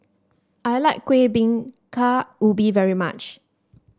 I like Kuih Bingka Ubi very much